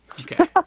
Okay